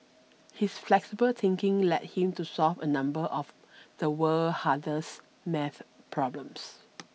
his flexible thinking led him to solve a number of the world's hardest math problems